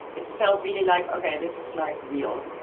it felt really, like, ok, this is, like, real.